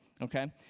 okay